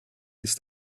ist